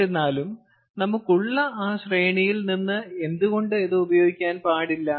എന്നിരുന്നാലും നമുക്കുള്ള ആ ശ്രേണിയിൽ നിന്ന് എന്തുകൊണ്ട് ഇത് ഉപയോഗിക്കാൻ പാടില്ല